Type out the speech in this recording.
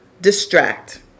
distract